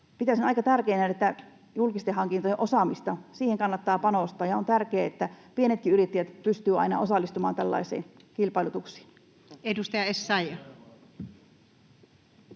Pitäisin aika tärkeänä, että julkisten hankintojen osaamiseen kannattaa panostaa, ja on tärkeää, että pienetkin yrittäjät pystyvät aina osallistumaan tällaisiin kilpailutuksiin. [Kim